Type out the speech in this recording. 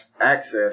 access